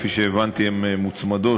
כפי שהבנתי, הן מוצמדות